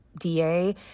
DA